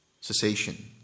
cessation